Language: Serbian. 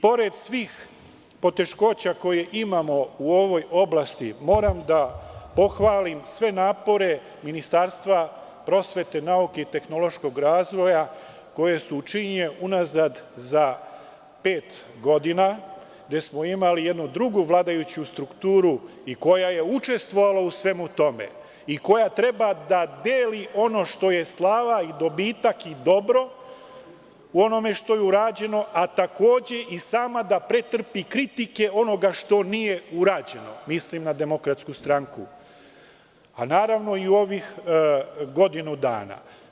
Pored svih poteškoća koje imamo u ovoj oblasti, moram da pohvalim sve napore Ministarstva prosvete, nauke i tehnološkog razvoja, koji su učinjeni unazad za pet godina, gde smo imali jednu drugu vladajuću strukturu, koja je učestvovala u svemu tome i koja treba da deli ono što je slava i dobitak i dobro u onome što je urađeno, a takođe, i sama da pretrpi kritike od onoga što nije urađeno, mislim na DS, a naravno i u ovih godinu dana.